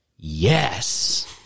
Yes